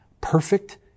Perfect